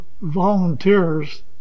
volunteers